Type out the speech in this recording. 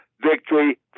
victory